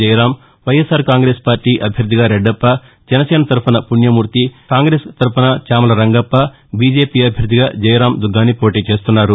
Jayaram YSR Congress party అభ్యర్దిగా రెడ్డప్ప జనసేన తరపున పుణ్యమూర్తి కాంగ్రెస్ తరపున చామల రంగప్ప బిజేపీ అభ్యర్దిగా జయరామ్ దుగ్గాని పోటీ చేస్తున్నారు